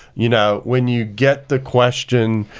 you know? when you get the question,